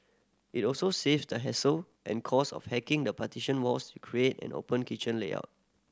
it also saves them the hassle and cost of hacking the partition walls to create an open kitchen layout